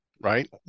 right